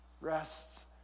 rests